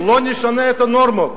היושב-ראש?